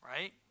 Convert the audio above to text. right